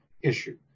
issue